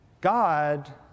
God